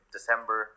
December